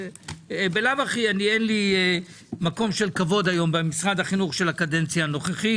בלאו הכי אין לי מקום של כבוד במשרד החינוך של הקדנציה הנוכחית.